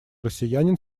россиянин